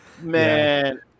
man